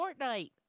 Fortnite